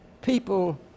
People